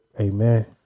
Amen